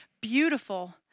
beautiful